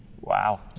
Wow